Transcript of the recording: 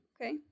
okay